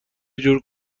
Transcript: جور